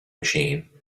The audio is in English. machine